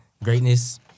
Greatness